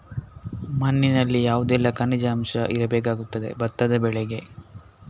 ಮಣ್ಣಿನಲ್ಲಿ ಯಾವುದೆಲ್ಲ ಖನಿಜ ಅಂಶ ಇರಬೇಕಾಗುತ್ತದೆ ಭತ್ತದ ಬೆಳೆಗೆ?